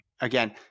again